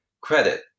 credit